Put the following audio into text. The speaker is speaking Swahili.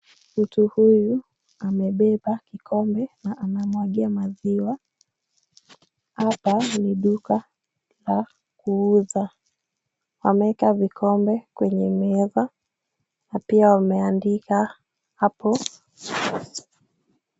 Mtu huyu amebeba kikombe na anamwagia maziwa. Hapa ni duka la kuuza. Ameweka vikombe kwenye meza na pia wameandika hapo.